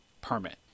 permit